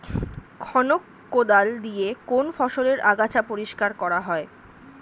খনক কোদাল দিয়ে কোন ফসলের আগাছা পরিষ্কার করা হয়?